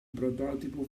prototipo